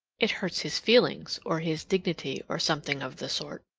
it hurts his feelings or his dignity or something of the sort.